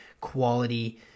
quality